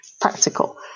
practical